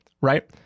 Right